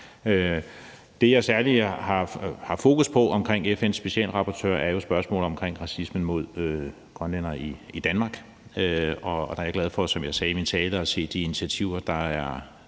Det, jeg særlig har fokus på omkring FN's specialrapportør, er jo spørgsmålet omkring racismen mod grønlændere i Danmark, og der er jeg glad for, som jeg sagde i min tale, at se de initiativer, der er